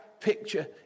picture